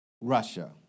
Russia